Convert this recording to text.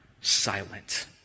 silent